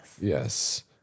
Yes